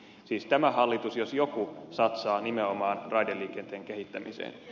siis tämä hallitus jos joku satsaa nimenomaan raideliikenteen kehittämiseen